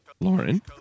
Lauren